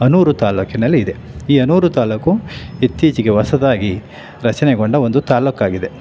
ಹನೂರು ತಾಲ್ಲೂಕಿನಲ್ಲಿ ಇದೆ ಈ ಹನೂರು ತಾಲ್ಲೂಕು ಇತ್ತೀಚೆಗೆ ಹೊಸದಾಗಿ ರಚನೆಗೊಂಡ ಒಂದು ತಾಲ್ಲೂಕಾಗಿದೆ